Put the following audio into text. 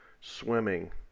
swimming